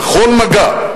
בכל מגע,